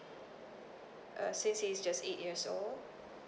uh since he's just eight years old